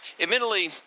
admittedly